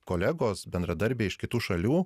kolegos bendradarbiai iš kitų šalių